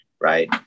Right